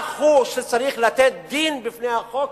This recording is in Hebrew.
האזרח הוא שצריך לתת דין בפני החוק?